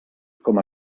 com